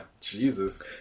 Jesus